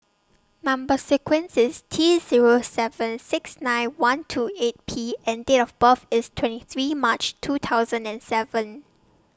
Number sequence IS T Zero seven six nine one two eight P and Date of birth IS twenty three March two thousand and seven